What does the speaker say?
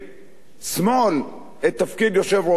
שמאל את תפקיד יושב-ראש האופוזיציה.